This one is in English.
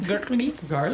Garlic